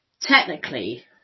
technically